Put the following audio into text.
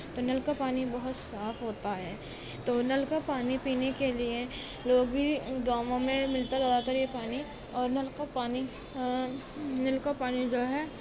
تو نل کا پانی بہت صاف ہوتا ہے تو نل کا پانی پینے کے لیے لوگ بھی گاؤں واؤں میں ملتا زیادہ تر یہ پانی اور نل کا پانی نل کا پانی جو ہے